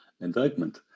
indictment